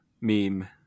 meme